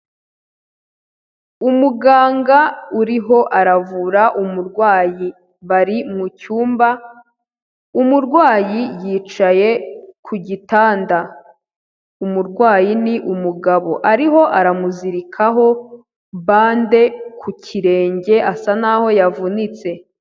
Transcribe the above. Umuganga urimo aravura umurwayi bari mucyumba, umurwayi yicaye ku gitanda, umurwayi ni umugabo arimo aramuzirikaho bande ku kirenge asa nkaho yavunitse.